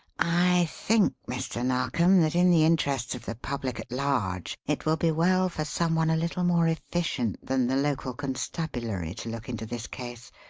i think, mr. narkom, that in the interests of the public at large it will be well for some one a little more efficient than the local constabulary to look into this case,